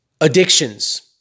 Addictions